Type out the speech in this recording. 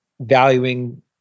valuing